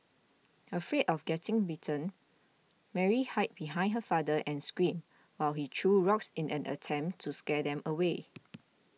afraid of getting bitten Mary hid behind her father and screamed while he threw rocks in an attempt to scare them away